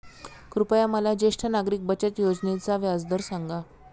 कृपया मला ज्येष्ठ नागरिक बचत योजनेचा व्याजदर सांगा